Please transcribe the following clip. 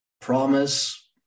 promise